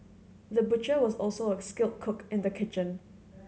the butcher was also a skilled cook in the kitchen